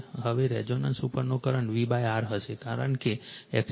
હવે રેઝોનન્સ ઉપરનો current VR હશે કારણ કે XL